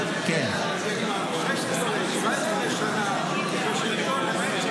איך אתה מסביר את זה?